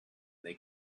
they